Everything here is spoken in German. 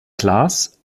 class